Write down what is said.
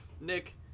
Nick